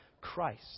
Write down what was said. Christ